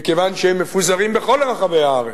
מכיוון שהם מפוזרים בכל רחבי הארץ,